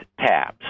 tabs